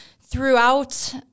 throughout